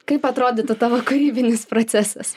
kaip atrodytų tavo kūrybinis procesas